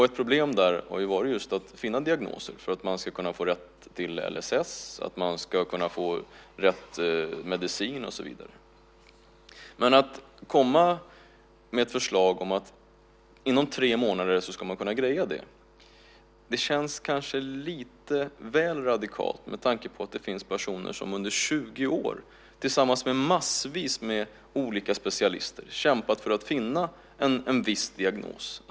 Ett problem har just varit att finna diagnoser för att man ska kunna få rätt till LSS, rätt medicin och så vidare. Men att komma med ett förslag om att man ska kunna greja det inom tre månader känns kanske lite väl radikalt med tanke på att det finns personer som under 20 år tillsammans med massvis med olika specialister kämpat för att finna en diagnos.